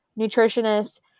nutritionist